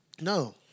No